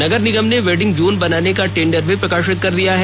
नगर निगम ने vending zone बनाने का टेंडर भी प्रकाशित कर दिया है